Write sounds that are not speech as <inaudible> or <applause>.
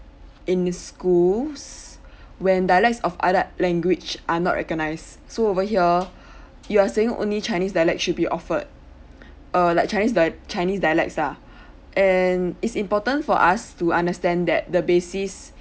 in schools <breath> when dialects of other language are not recognize so over here <breath> you are saying only chinese dialect should be offered <breath> uh like chinese dia~ chinese dialects lah <breath> and it's important for us to understand that the basis